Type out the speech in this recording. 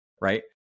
right